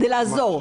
כדי לעזור.